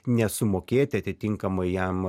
nesumokėti atitinkamai jam